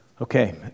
Okay